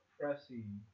pressing